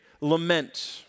lament